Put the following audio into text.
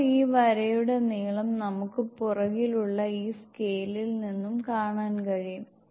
ഇപ്പോൾ ഈ വരയുടെ നീളം നമുക്ക് പുറകിൽ ഉള്ള ഈ സ്കെയിലിൽ നിന്നും കാണാൻ കഴിയും